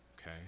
okay